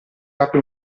apre